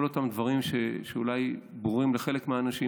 כל אותם דברים שאולי ברורים לחלק מהאנשים,